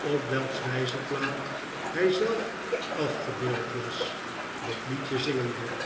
op welks wijzerplaat hij zelf afgebeeld was dat liedje zingende